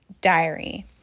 Diary